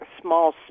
small